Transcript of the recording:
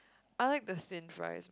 I like the thin fries